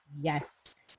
yes